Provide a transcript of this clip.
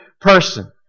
person